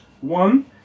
One